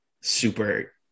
super